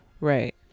right